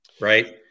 right